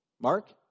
Mark